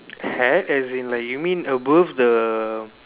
had as in like you mean above the